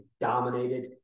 dominated